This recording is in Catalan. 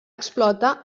explota